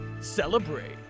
Celebrate